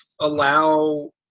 allow